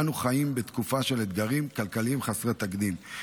אנו חיים בתקופה של אתגרים כלכליים חסרי תקדים.